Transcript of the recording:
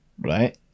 right